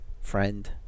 friend